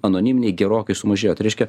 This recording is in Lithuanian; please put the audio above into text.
anoniminiai gerokai sumažėjo tai reiškia